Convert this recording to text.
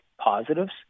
positives